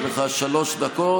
יש לך שלוש דקות.